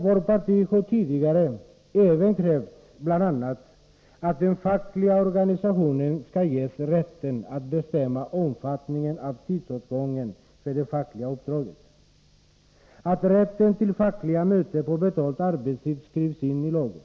Vårt parti har tidigare även krävt bl.a. att den fackliga organisationen skall ges rätt att bestämma omfattningen av och tidsåtgången för det fackliga uppdraget samt att rätten till fackliga möten på betald arbetstid skall skrivas in i lagen.